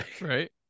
right